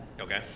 Okay